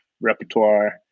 repertoire